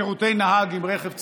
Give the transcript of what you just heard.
שירותי נהג עם רכב צמוד,